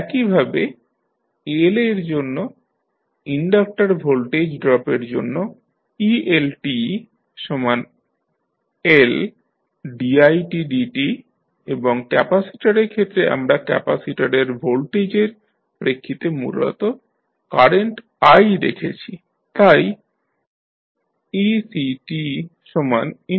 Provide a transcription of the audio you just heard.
একইভাবে L এর জন্য ইনডাকটর ভোল্টেজ ড্রপের্ জন্য eLtLdidt এবং ক্যাপাসিটরের ক্ষেত্রে আমরা ক্যাপাসিটরের ভোল্টেজের প্রেক্ষিতে মূলত কারেন্ট i দেখেছি তাই ectiCdt